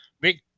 Big